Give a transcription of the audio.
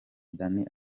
dani